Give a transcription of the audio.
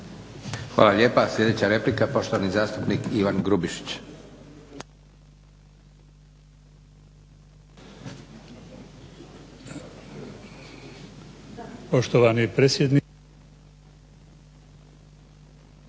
Hvala lijepa. Sljedeća replika i poštovani zastupnik Zoran Vinković,